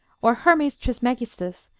or hermes trismegistus,